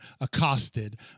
accosted